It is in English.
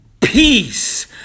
peace